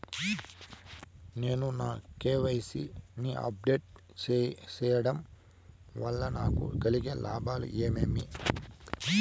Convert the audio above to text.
నేను నా కె.వై.సి ని అప్ డేట్ సేయడం వల్ల నాకు కలిగే లాభాలు ఏమేమీ?